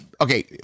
okay